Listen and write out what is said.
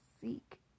Seek